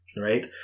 Right